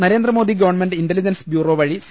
Narendra Modi government intelligence bureau വഴി C